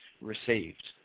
received